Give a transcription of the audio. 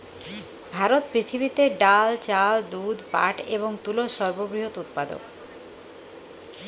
ভারত পৃথিবীতে ডাল, চাল, দুধ, পাট এবং তুলোর সর্ববৃহৎ উৎপাদক